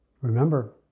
remember